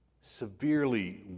severely